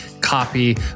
copy